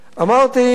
אמרתי,